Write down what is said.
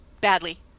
Badly